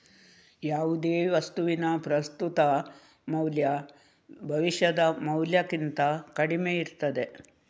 ಯಾವುದೇ ವಸ್ತುವಿನ ಪ್ರಸ್ತುತ ಮೌಲ್ಯ ಭವಿಷ್ಯದ ಮೌಲ್ಯಕ್ಕಿಂತ ಕಡಿಮೆ ಇರ್ತದೆ